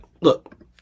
Look